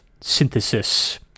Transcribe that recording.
synthesis